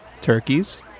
turkeys